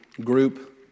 group